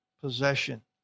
possession